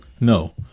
No